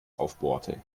aufbohrte